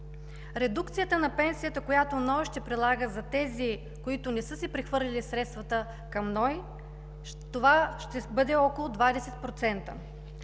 Редукцията на пенсията, която НОИ ще прилага за тези, които не са си прехвърлили средствата към НОИ, ще бъде около 20%.